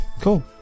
Cool